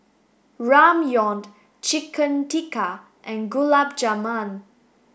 Ramyeon Chicken Tikka and Gulab Jamun